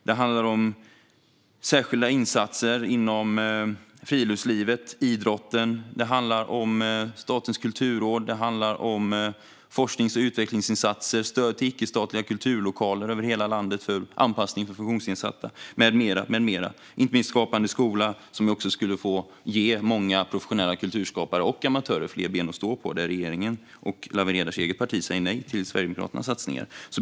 Det handlar om särskilda insatser inom friluftsliv och idrott. Det handlar om Statens kulturråd, forsknings och utvecklingsinsatser, stöd till icke-statliga kulturlokaler över hela landet för anpassning till funktionsnedsatta med mera. Inte minst handlar det om Skapande skola, som skulle ge många professionella kulturskapare och amatörer fler ben att stå på. Men här säger regeringen och Lawen Redars parti nej till Sverigedemokraternas satsningar.